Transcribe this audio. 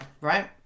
right